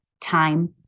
time